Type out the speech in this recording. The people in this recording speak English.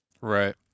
Right